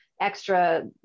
extra